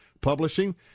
Publishing